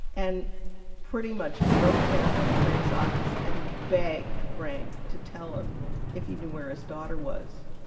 and pretty much broke down in frank's office and begged frank to tell them if he knew where his daughter was.